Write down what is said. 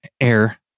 air